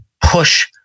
push